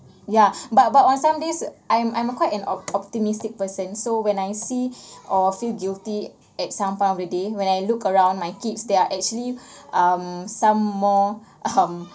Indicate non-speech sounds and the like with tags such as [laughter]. ya but but on some days I'm I'm a quite an op~ optimistic person so when I see or feel guilty at some point of the day when I look around my kids they're actually um some more [laughs] um